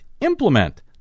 implement